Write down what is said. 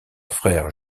frère